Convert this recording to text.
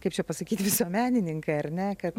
kaip čia pasakyti visuomenininkai ar ne kad